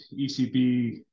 ECB